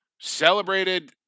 celebrated –